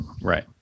Right